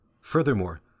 Furthermore